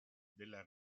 della